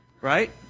Right